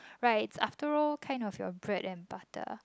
right after all kind of your bread and butter